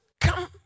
come